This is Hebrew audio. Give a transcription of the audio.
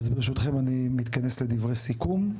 אז ברשותכם, אני מתכנס לדברי סיכום.